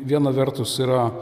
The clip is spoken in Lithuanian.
viena vertus yra